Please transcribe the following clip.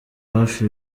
hafi